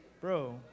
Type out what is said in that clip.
Bro